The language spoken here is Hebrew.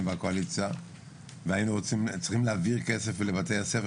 בקואליציה והיינו צריכים להעביר כסף לבתי הספר